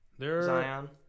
Zion